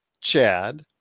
Chad